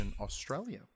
Australia